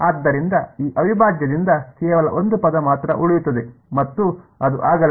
ಆದ್ದರಿಂದ ಈ ಅವಿಭಾಜ್ಯದಿಂದ ಕೇವಲ ಒಂದು ಪದ ಮಾತ್ರ ಉಳಿಯುತ್ತದೆ ಮತ್ತು ಅದು ಆಗಲಿದೆ